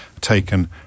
taken